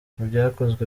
ibyakozwe